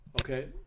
Okay